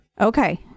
Okay